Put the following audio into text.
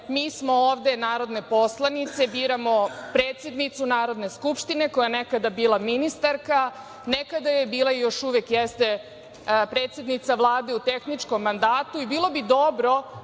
Mi smo ovde narodne poslanice, biramo predsednicu Narodne skupštine koja je nekada bila ministarka, nekada je bila i još uvek jeste predsednica Vlade u tehničkom mandatu. Bilo bi dobro